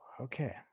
Okay